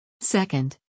Second